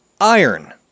Iron